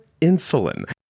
insulin